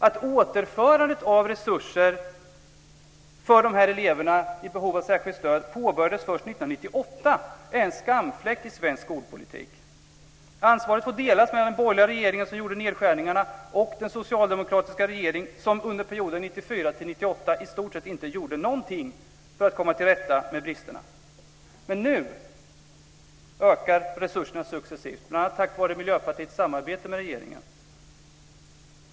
Att återförandet av resurser för de elever som är i behov av särskilt stöd påbörjades först 1998 är en skamfläck i svensk skolpolitik. Ansvaret får delas mellan den borgerliga regeringen, som gjorde nedskärningarna, och den socialdemokratiska regering som under perioden 1994-1998 i stort sett inte gjorde någonting för att komma till rätta med bristerna. Men nu ökar resurserna successivt, bl.a. tack vare Miljöpartiets samarbete med regeringen.